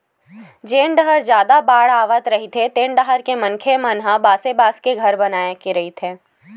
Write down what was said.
जेन डाहर जादा बाड़गे आवत रहिथे तेन डाहर के मनखे मन बासे बांस के घर बनाए के रहिथे